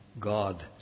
God